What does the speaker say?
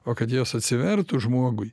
o kad jos atsivertų žmogui